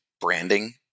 branding